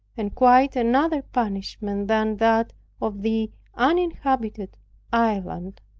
and quite another banishment than that of the uninhabited island.